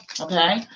Okay